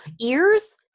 ears